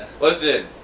Listen